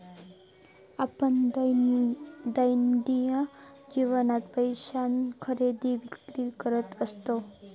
आपण दैनंदिन जीवनात पैशान खरेदी विक्री करत असतव